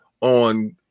on